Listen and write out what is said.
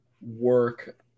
work